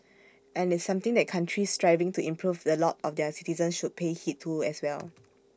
and it's something that countries striving to improve the lot of their citizens should pay heed to as well